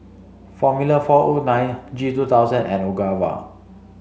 formula four O nine G two thousand and Ogawa